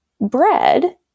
bread